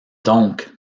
donc